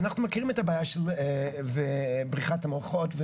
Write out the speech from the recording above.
אנחנו מכירים את הבעיה של בריחת המוחות.